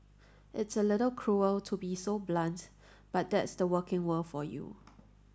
it's a little cruel to be so blunt but that's the working world for you